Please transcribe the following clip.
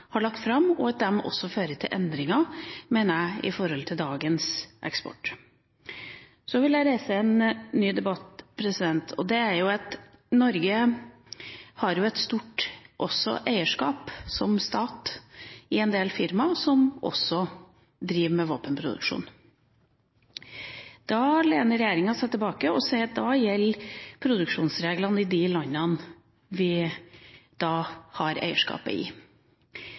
har lagt fram, og at de også fører til endringer i forhold til dagens eksport, mener jeg. Så vil jeg reise en ny debatt: Norge som stat har også stort eierskap i en del firmaer som også driver med våpenproduksjon. Da lener regjeringa seg tilbake og sier at det er produksjonsreglene i de landene vi har eierskapet i,